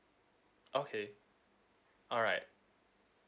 okay alright